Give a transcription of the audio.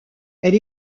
elle